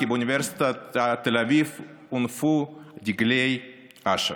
כי באוניברסיטת תל אביב הונפו דגלי אש"ף.